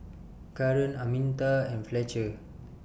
Karen Arminta and Fletcher